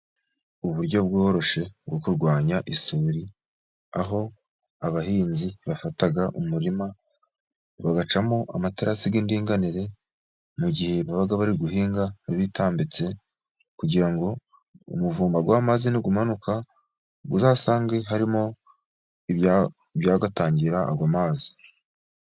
Uburyo bworoshye bwo kurwanya isuri, aho abahinzi bafata umurima bagacamo amaterasi y'indinganire, mu gihe baba bari guhinga bitambitse, kugira ngo umuvumba w'amazi n'umanuka, uzasange harimo ibyayatangira ayo mazi.